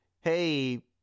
Hey